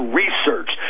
research